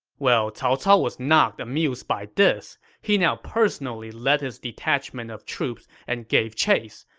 well, cao cao was not amused by this. he now personally led his detachment of troops and gave chase.